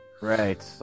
Right